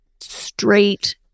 straight